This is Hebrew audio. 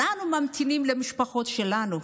אנחנו ממתינים למשפחות שלנו,